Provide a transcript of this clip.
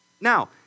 Now